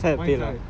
what inside